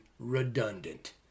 redundant